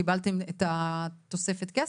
קיבלתם את תוספת הכסף?